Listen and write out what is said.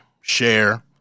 share